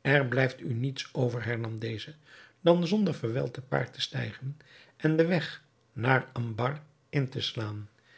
er blijft u niets over hernam deze dan zonder verwijl te paard te stijgen en den weg naar ambar in te slaan